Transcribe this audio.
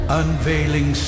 unveiling